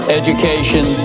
education